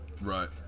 Right